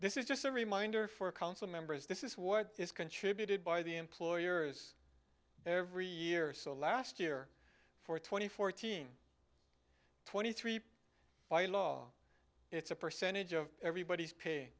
this is just a reminder for council members this is what is contributed by the employers every year so last year for twenty fourteen twenty three by law it's a percentage of everybody's pay